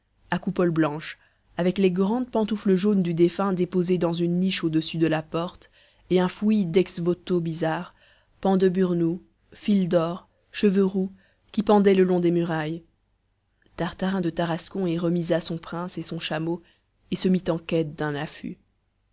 à coupole blanche avec les grandes pantoufles jaunes du défunt déposées dans une niche au-dessus de la porte et un fouillis dex voto bizarres pans de burnous fils d'or cheveux roux qui pendaient le long des murailles tartarin de tarascon y remisa son prince et son chameau et se mit en quête d'un affût